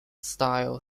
style